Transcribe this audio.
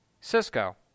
Cisco